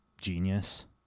genius